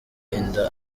inda